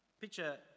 Picture